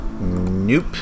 Nope